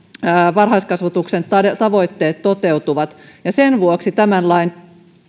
varhaiskasvatuksen tavoitteet toteutuvat ja sen vuoksi tämän lain